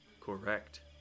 Correct